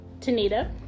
Tanita